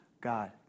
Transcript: God